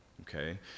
okay